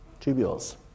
tubules